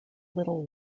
little